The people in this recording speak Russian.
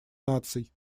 наций